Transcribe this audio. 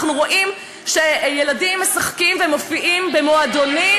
אנחנו רואים שילדים משחקים ומופיעים במועדונים